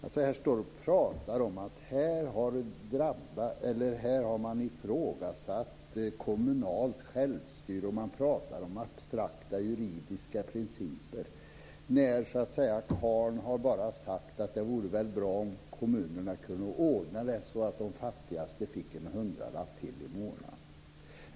Ni står och pratar om att man här har ifrågasatt kommunalt självstyre, och ni pratar om abstrakta juridiska principer när karln bara har sagt att det vore bra om kommunerna kunde ordna det så att de fattigaste fick en hundralapp till i månaden.